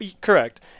correct